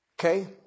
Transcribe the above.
Okay